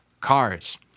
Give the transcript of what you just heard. Cars